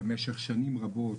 במשך שנים רבות,